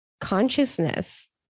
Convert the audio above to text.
consciousness